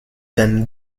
then